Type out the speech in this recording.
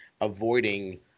avoiding